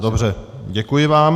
Dobře, děkuji vám.